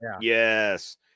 yes